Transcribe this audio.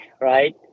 right